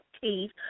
Teeth